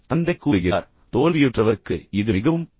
தந்தை கூறுகிறார் தோல்வியுற்றவருக்கு இது மிகவும் பொருத்தம்